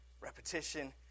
repetition